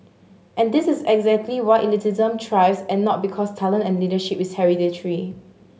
and this is exactly why elitism thrives and not because talent and leadership is hereditary